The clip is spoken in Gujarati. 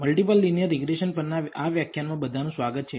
મલ્ટીપલ લિનિયર રીગ્રેસન પરના આ વ્યાખ્યાનમા બધાનું સ્વાગત છે